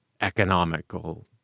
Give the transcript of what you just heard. economical